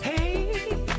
Hey